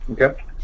Okay